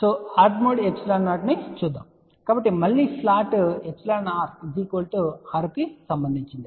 ఇప్పుడు odd mode ε0 ను చూద్దాం కాబట్టి మళ్ళీ ప్లాట్ εr6 కు సంబందించినది